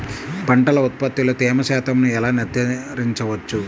పంటల ఉత్పత్తిలో తేమ శాతంను ఎలా నిర్ధారించవచ్చు?